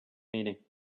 meeting